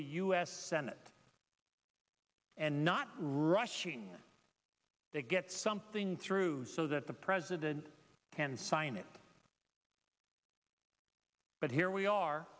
the u s senate and not rushing to get something through so that the president can sign it but here we are